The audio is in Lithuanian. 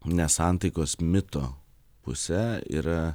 nesantaikos mito puse yra